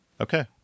okay